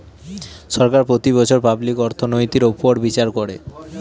সরকার প্রতি বছর পাবলিক অর্থনৈতির উপর বিচার করে